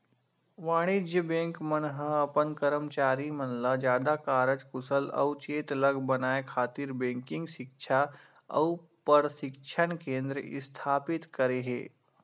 वाणिज्य बेंक मन ह अपन करमचारी मन ल जादा कारज कुसल अउ चेतलग बनाए खातिर बेंकिग सिक्छा अउ परसिक्छन केंद्र इस्थापित करे हे